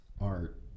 art